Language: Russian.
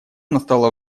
настало